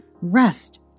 Rest